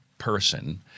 person